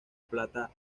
plata